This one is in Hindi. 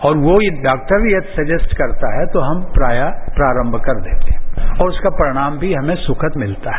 और वो एक डॉक्टर यदि सजेस्ट करता है तो हम प्रायः प्रारम कर देते हैं और उसका परिणाम भी हमें सुखद मिलता है